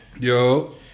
Yo